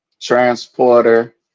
transporter